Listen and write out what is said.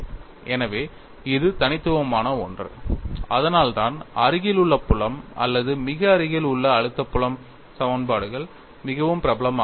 எனவே இது தனித்துவமான ஒன்று அதனால்தான் அருகிலுள்ள புலம் அல்லது மிக அருகில் உள்ள அழுத்த புலம் சமன்பாடுகள் மிகவும் பிரபலமாக உள்ளன